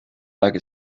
like